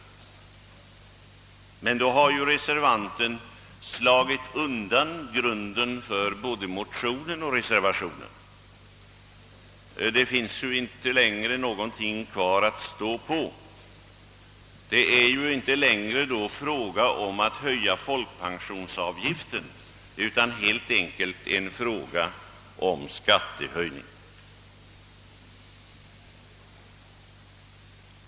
Men då har ju reservanten slagit undan grunden för både motionen och reservationen, Det är ju då inte längre fråga om att höja folkpensionsavgiften, utan helt enkelt en fråga om skattehöjning.